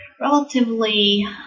relatively